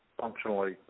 functionally